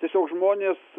tiesiog žmonės